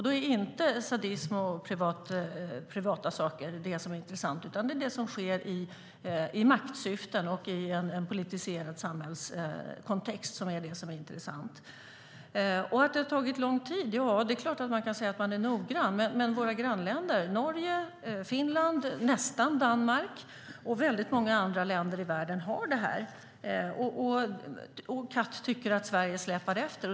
Då är inte sadism och privata saker det som är intressant, utan det är det som sker i maktsyften och i en politiserad samhällskontext som är intressant. När det gäller att det har tagit lång tid är det klart att man kan säga att man är noggrann. Men våra grannländer, Norge, Finland, nästan Danmark och väldigt många andra länder i världen har den här brottsrubriceringen, och CAT tycker att Sverige släpar efter.